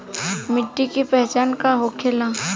मिट्टी के पहचान का होखे ला?